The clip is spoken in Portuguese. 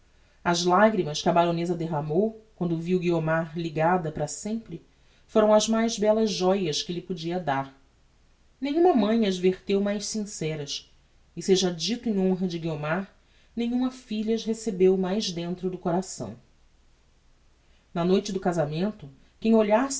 as lagrimas que a baroneza derramou quando viu guiomar ligada para sempre foram as mais bellas joias que lhe podia dar nenhuma mãe as verteu mais sinceras e seja dito em honra de guiomar nenhuma filha as recebeu mais dentro do coração na noite do casamento quem olhasse